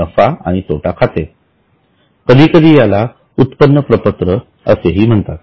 नफा आणि तोटा खाते कधीकधी याला उत्पन्न प्रपत्र असेहि म्हणतात